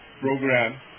program